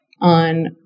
on